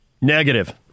Negative